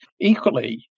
equally